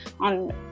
on